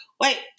wait